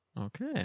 Okay